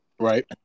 Right